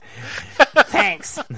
Thanks